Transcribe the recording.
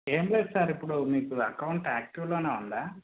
ఏం లేదు సార్ ఇప్పుడు మీకు అకౌంట్ యాక్టివ్లోనే ఉందా